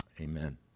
Amen